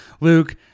Luke